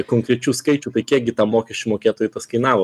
konkrečių skaičių tai kiek gi tam mokesčių mokėtojui tas kainavo